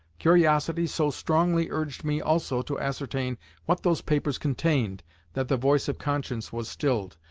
curiosity so strongly urged me also to ascertain what those papers contained that the voice of conscience was stilled,